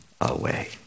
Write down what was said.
away